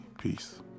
Peace